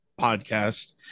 podcast